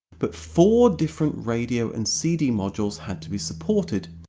but four different radio and cd modules had to be supported,